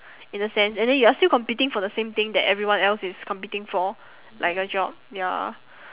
in a sense and then you are still competing for the same thing that everyone else is competing for like a job ya